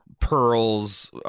pearls